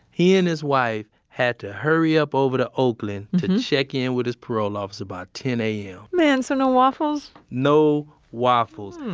he and his wife had to hurry up over to oakland to check in with his parole officer by ten a m man, so no waffles? no. waffles.